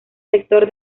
sector